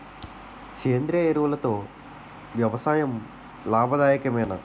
సేంద్రీయ ఎరువులతో వ్యవసాయం లాభదాయకమేనా?